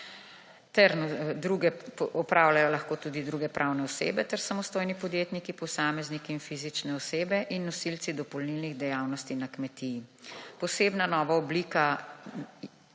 ter opravljajo lahko tudi druge pravne osebe ter samostojni podjetniki, posamezniki in fizične osebe in nosilci dopolnilnih dejavnosti na kmetiji. Posebna nova oblika